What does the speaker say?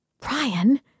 Brian